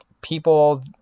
people